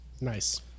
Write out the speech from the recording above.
Nice